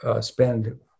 spend